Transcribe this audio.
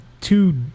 two